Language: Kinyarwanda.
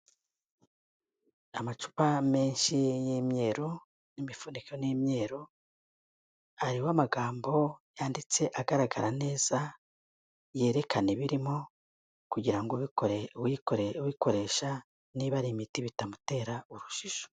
Amacupa menshi y'imyeru n'imifuniko ni imyeru hari amagambo yanditse agaragara neza yerekana ibirimo kugirango ubikoresha niba ari imiti bitamutera urujijo.